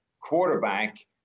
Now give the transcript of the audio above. quarterback